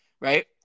Right